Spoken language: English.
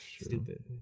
stupid